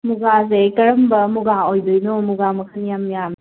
ꯃꯨꯒꯥꯁꯦ ꯀꯔꯝꯕ ꯃꯨꯒꯥ ꯑꯣꯏꯗꯣꯏꯅꯣ ꯃꯨꯒꯥ ꯃꯈꯜ ꯌꯥꯝ ꯌꯥꯝꯃꯦ